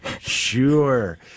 Sure